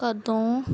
ਕਦੋਂ